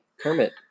Kermit